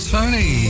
Tony